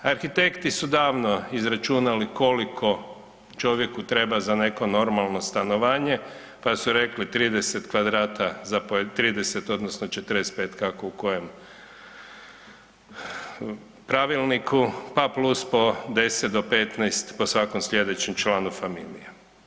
Arhitekti su davno izračunali koliko čovjeku treba za neko normalno stanovanje, pa su rekli 30 kvadrata za .../nerazumljivo/... 30, odnosno 45, kako u kojem pravilniku, pa plus po 10 do 15 po svakom sljedećem članu familije.